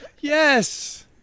Yes